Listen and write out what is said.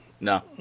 no